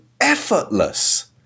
effortless